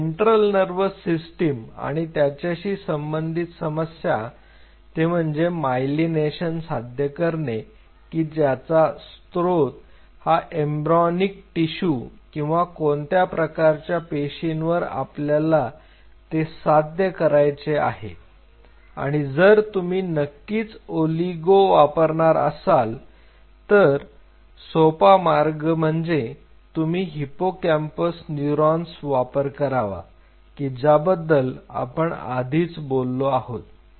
तर central nervous system आणि त्याच्याशी संबंधित समस्या ते म्हणजे मायलेनेशन साध्य करणे की ज्याचा स्त्रोत हा एम्ब्र्योनिक टिशू किंवा कोणत्या प्रकारच्या पेशींवर आपल्याला हे साध्य करायचे आहे आणि जर तुम्ही नक्कीच ओलिगो वापरणार असाल तर सोपा मार्ग म्हणजे तुम्ही हिपोकॅम्पस न्यूरॉन्स वापर करावा की ज्या बद्दल आपण आधीच बोललो आहोत